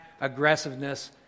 aggressiveness